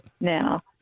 now